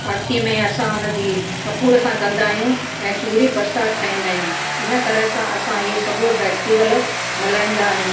आरती में असां उनजी कपूर सां कंदा आहियूं ऐं चूरी परसाद ठाहींदा आहियूं इन तरह सां असां इअ सभु फ़ेस्टीवल मल्हाईंदा आहियूं